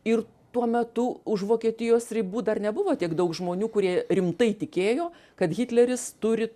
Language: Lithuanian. ir tuo metu už vokietijos ribų dar nebuvo tiek daug žmonių kurie rimtai tikėjo kad hitleris turi